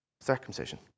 Circumcision